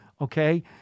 Okay